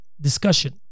discussion